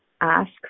ask